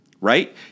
right